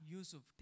Yusuf